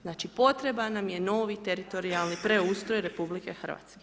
Znači, potreban nam je novi teritorijalni preustroj RH.